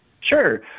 Sure